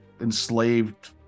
enslaved